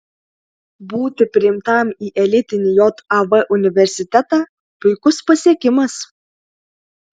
būti priimtam į elitinį jav universitetą puikus pasiekimas